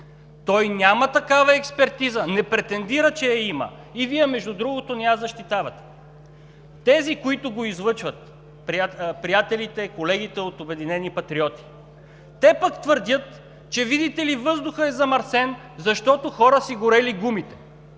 Той няма такава експертиза, не претендира, че я има, и Вие, между другото, не я защитавате. Тези, които го излъчват – приятелите, колегите от „Обединени патриоти“, пък твърдят, че, видите ли, въздухът е замърсен, защото хора си горели гумите.